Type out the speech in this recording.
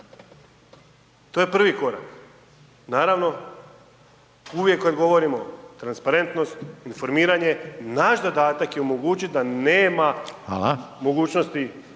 To je prvi korak. Naravno, uvijek kad govorimo, transparentnost, informiranje, naš zadatak je omogućiti da nema mogućnost